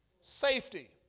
safety